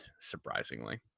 surprisingly